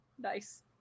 nice